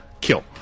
kill